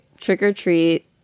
trick-or-treat